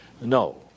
No